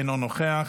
אינו נוכח,